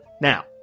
Now